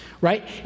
right